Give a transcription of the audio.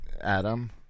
Adam